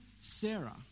Sarah